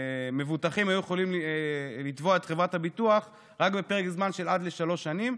מבוטחים היו יכולים לתבוע את חברת הביטוח רק בפרק זמן של עד שלוש שנים,